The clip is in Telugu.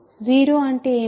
0 అంటే ఏమిటి